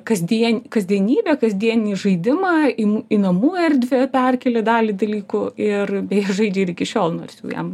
kasdien kasdienybę kasdienį žaidimą į m namų erdvę perkėlė dalį dalykų ir beje žaidžia ir iki šiol nors jau jam